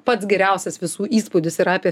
pats geriausias visų įspūdis yra apie